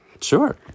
Sure